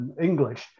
English